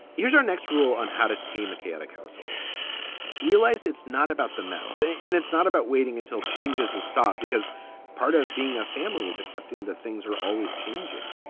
here's our next rule on how to tame mechanic household realized it's not about the msa and it's not about waiting until changes will stop because part of being a family is accepting that things are always changing.